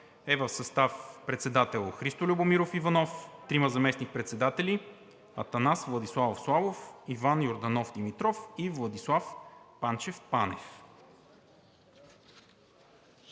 е в състав: председател – Христо Любомиров Иванов; трима заместник-председатели – Атанас Владиславов Славов, Иван Йорданов Димитров и Владислав Панчев Панев.